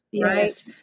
right